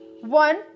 One